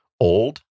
old